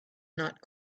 not